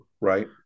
Right